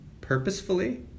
purposefully